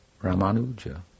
Ramanuja